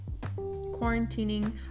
quarantining